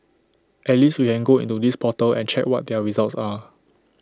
at least we can go into this portal and check what their results are